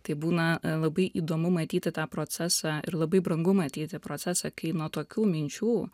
tai būna labai įdomu matyti tą procesą ir labai brangu matyti procesą kai nuo tokių minčių